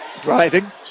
driving